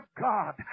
God